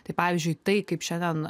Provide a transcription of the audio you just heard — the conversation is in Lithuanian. tai pavyzdžiui tai kaip šiandien